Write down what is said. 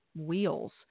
wheels